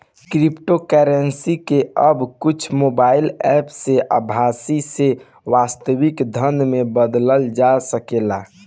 cryptocurrency के अब कुछ मोबाईल एप्प से आभासी से वास्तविक धन में बदलल जा सकेला